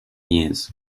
years